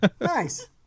Nice